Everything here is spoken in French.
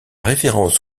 référence